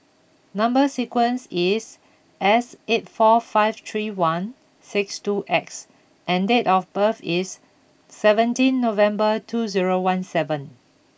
number sequence is S eight four five three one six two X and date of birth is seventeen November two zero one seven